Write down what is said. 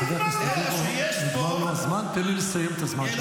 אלא שיש פה -- חבר הכנסת רביבו --- תן לו לסיים את הזמן.